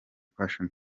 fashion